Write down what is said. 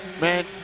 Man